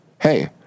hey